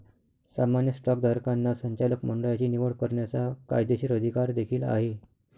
सामान्य स्टॉकधारकांना संचालक मंडळाची निवड करण्याचा कायदेशीर अधिकार देखील आहे